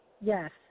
Yes